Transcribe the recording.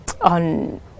on